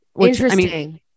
Interesting